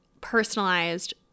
personalized